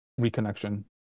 reconnection